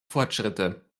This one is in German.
fortschritte